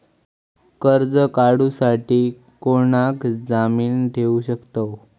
कर्ज काढूसाठी कोणाक जामीन ठेवू शकतव?